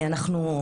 אנחנו,